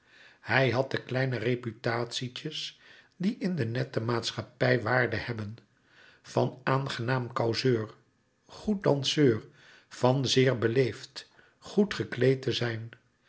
hij had de kleine reputatietjes die in de nette maatschappij waarde hebben van aangenaam causeur goed danseur van zeer beleefd goed gekleed te zijn